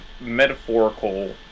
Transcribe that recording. metaphorical